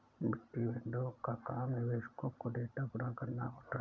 वित्तीय वेंडरों का काम निवेशकों को डेटा प्रदान कराना होता है